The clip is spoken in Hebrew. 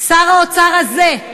שר האוצר הזה,